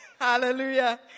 Hallelujah